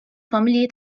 familji